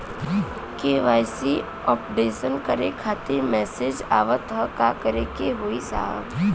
KYC updation करें खातिर message आवत ह का करे के होई साहब?